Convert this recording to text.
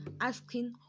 asking